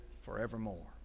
forevermore